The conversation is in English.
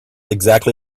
exactly